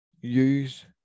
use